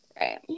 Right